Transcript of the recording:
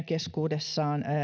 keskuudessa